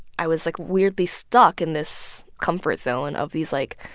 i was, like, weirdly stuck in this comfort zone of these, like,